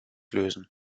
lösen